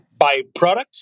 byproduct